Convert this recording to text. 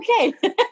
okay